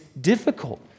difficult